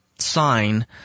sign